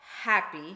happy